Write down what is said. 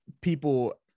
people